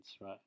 Right